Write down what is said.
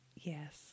yes